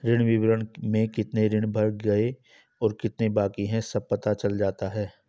ऋण विवरण में कितने ऋण भर गए और कितने बाकि है सब पता चल जाता है